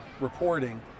reporting